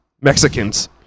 Mexicans